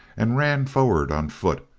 and ran forward on foot,